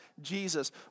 Jesus